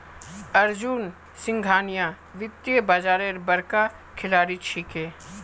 अर्जुन सिंघानिया वित्तीय बाजारेर बड़का खिलाड़ी छिके